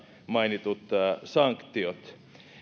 mainitut sanktiot